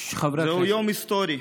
זהו יום היסטורי,